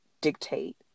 dictate